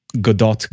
Godot